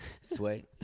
Sweet